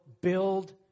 build